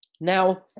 Now